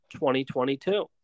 2022